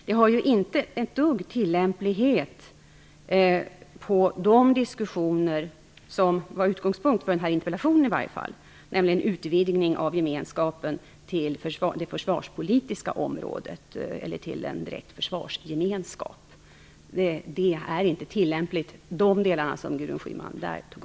Det har inte någon som helst tillämplighet på de diskussioner som var utgångspunkten i varje fall för den här interpellationen. Det gäller då en utvidgning av gemenskapen till att också omfatta det försvarspolitiska området eller till en direkt försvarsgemenskap. De delar som Gudrun Schyman där tog upp är inte tillämpliga.